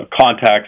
contacts